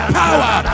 power